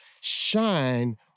shine